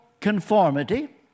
conformity